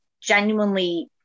genuinely